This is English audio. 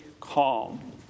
calm